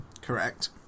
Correct